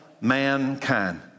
mankind